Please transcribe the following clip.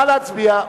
נא להצביע.